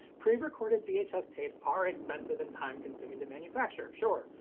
pre-recorded vhs tapes are expensive and time-consuming to manufacture, sure,